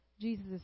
Jesus